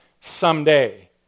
someday